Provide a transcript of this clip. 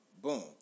boom